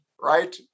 right